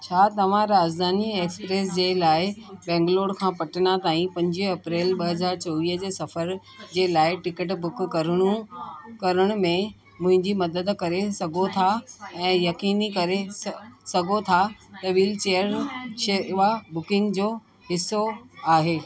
छा तव्हां राजधानी एक्सप्रेस जे लाइ बैंगलोर खां पटना ताईं पंजवीह अप्रैल ॿ हज़ार चोवीह जे सफर जे लाइ टिकट बुक करण करण में मुंहिंजी मदद करे सघो था ऐं यकीनी करे सघो था त व्हील चेयर शेवा बुकिंग जो हिसो आहे